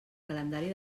calendari